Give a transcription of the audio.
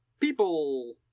people